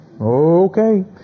Okay